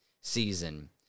season